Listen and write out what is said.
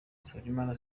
musabyimana